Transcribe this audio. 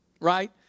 right